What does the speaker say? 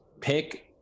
pick